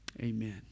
amen